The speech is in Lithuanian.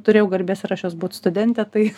turėjau garbės ir aš jos būt studente tai